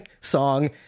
song